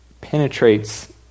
penetrates